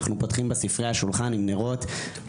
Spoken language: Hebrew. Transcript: אנחנו פותחים בספריה שולחן עם נרות.